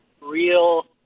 real